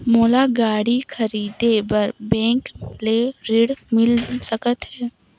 मोला गाड़ी खरीदे बार बैंक ले ऋण मिल सकथे?